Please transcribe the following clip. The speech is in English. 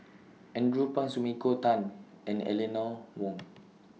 Andrew Phang Sumiko Tan and Eleanor Wong